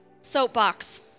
Soapbox